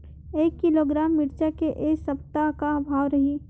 एक किलोग्राम मिरचा के ए सप्ता का भाव रहि?